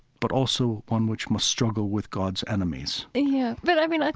but also one which must struggle with god's enemies yeah. but i mean, like